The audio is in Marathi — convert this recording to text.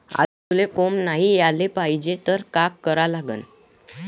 आलूले कोंब नाई याले पायजे त का करा लागन?